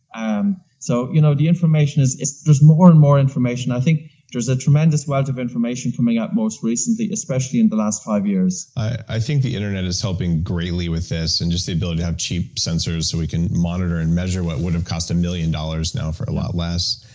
um so you know the information, there's more and more information. i think there's a tremendous wealth of information coming out most recently, especially in the last five years i think the internet is helping greatly with this, and just the ability to have cheap censors, so we can monitor and measure what would have cost a million dollars now for a lot less.